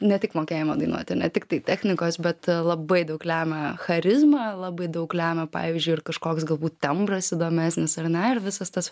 ne tik mokėjimo dainuoti ne tiktai technikos bet labai daug lemia charizma labai daug lemia pavyzdžiui ir kažkoks galbūt tembras įdomesnis ar ne ir visas tas